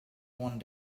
one